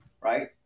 Right